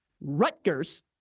Rutgers